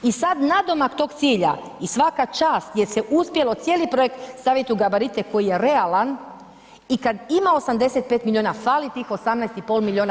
I sada nadomak tog cilja i svaka čast jer se uspjelo cijeli projekt staviti u gabarite koji je realan i kada ima 85 milijuna, fali tih 18,5 milijuna.